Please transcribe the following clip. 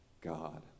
God